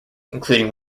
including